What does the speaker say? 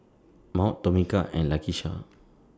Maud Tomeka and Lakeisha